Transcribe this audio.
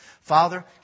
father